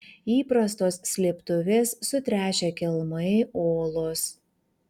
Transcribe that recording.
įprastos slėptuvės sutręšę kelmai olos